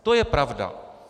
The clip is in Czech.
To je pravda.